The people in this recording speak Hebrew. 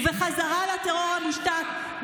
ובחזרה לטרור המושתק,